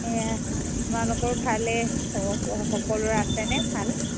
এইয়া আপোনালোকৰো ভালে স সকলোৰে আছেনে ভাল